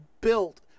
built